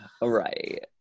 right